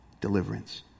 Deliverance